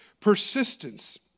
persistence